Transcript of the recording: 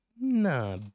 Nah